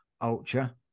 Ultra